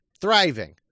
thriving